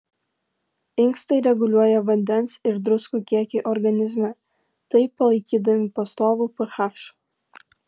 inkstai reguliuoja vandens ir druskų kiekį organizme taip palaikydami pastovų ph